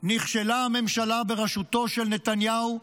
נכשלה הממשלה בראשותו של נתניהו.